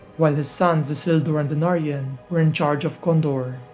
while his sons, isildur and anarion were in charge of gondor.